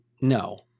No